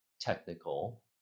technical